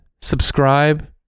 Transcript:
subscribe